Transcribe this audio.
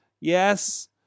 yes